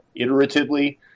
iteratively